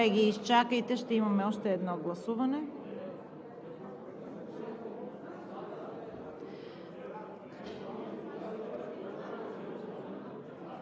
Благодаря,